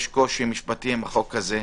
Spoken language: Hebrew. יש קושי משפטי עם חוק כזה.